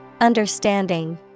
Understanding